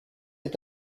est